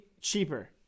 cheaper